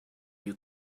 you